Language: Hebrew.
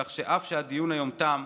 כך שאף שהדיון היום תם,